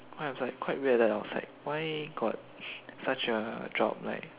I was like quite weird leh I was like why got such a job like